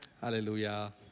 Hallelujah